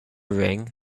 ring